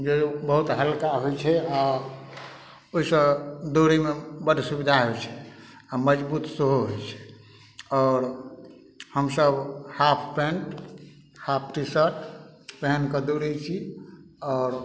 जे बहुत हल्का होइ छै आओर ओइसँ दौड़यमे बड सुविधा होइ छै आओर मजबूत सेहो होइ छै आओर हमसब half pant half T shirt पहैन कऽ दौड़य छी आओर